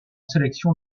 sélection